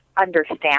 understand